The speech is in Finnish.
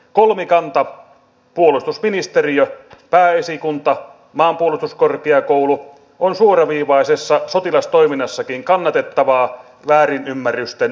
kolmikanta puolustusministeriö pääesikunta maanpuolustuskorkeakoulu on suoraviivaisessa sotilastoiminnassakin kannatettavaa väärinymmärrysten välttämiseksi